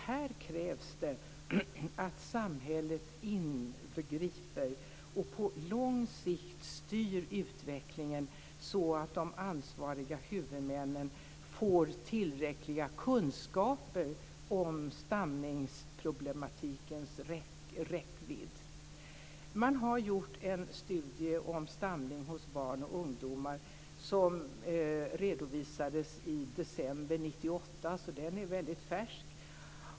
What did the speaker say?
Här krävs det att samhället ingriper och på lång sikt styr utvecklingen så att de ansvariga huvudmännen får tillräckliga kunskaper om stamningsproblematikens räckvidd. Det har gjorts en studie om stamning hos barn och ungdomar. Studien redovisades i december 1998 så den är väldigt färsk.